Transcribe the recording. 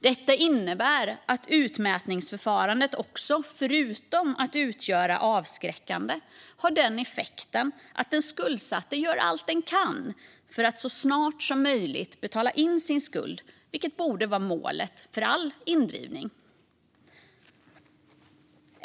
Detta innebär att utmätningsförfarandet också, förutom att fungera avskräckande, har effekten att den skuldsatte gör allt den kan för att så snart som möjligt betala sin skuld, vilket borde vara målet för all indrivning.